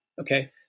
Okay